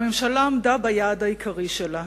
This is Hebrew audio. והממשלה עמדה ביעד העיקרי שלה,